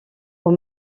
aux